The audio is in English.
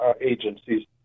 agencies